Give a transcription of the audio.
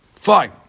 fine